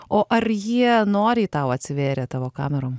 o ar jie noriai tau atsivėrė tavo kamerom